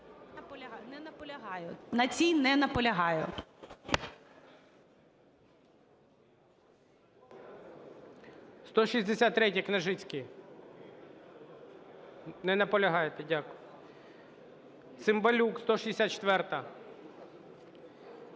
Не наполягаю. На цій не наполягаю.